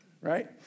Right